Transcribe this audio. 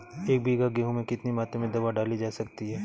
एक बीघा गेहूँ में कितनी मात्रा में दवा डाली जा सकती है?